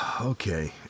Okay